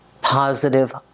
positive